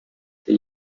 they